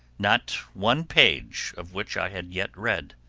not one page, of which i had yet read.